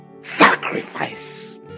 Sacrifice